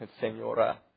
Senora